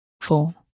four